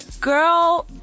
Girl